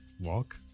walk